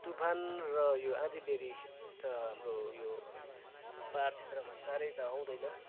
तुफान र यो आँधीबेह्री त हाम्रो यो पाहाड क्षेत्रमा साह्रै त आउँदैन